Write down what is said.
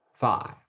five